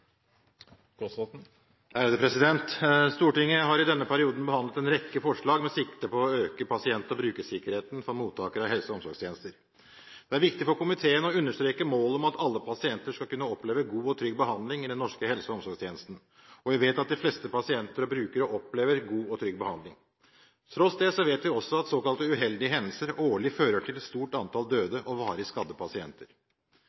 anses vedtatt. Stortinget har i denne perioden behandlet en rekke forslag med sikte på å øke pasient- og brukersikkerheten for mottakere av helse- og omsorgstjenester. Det er viktig for komiteen å understreke målet om at alle pasienter skal kunne oppleve god og trygg behandling i den norske helse- og omsorgstjenesten, og vi vet at de fleste pasienter og brukere opplever god og trygg behandling. Tross det vet vi også at såkalte uheldige hendelser årlig fører til et stort antall